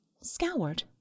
Scoured